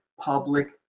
public